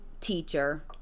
teacher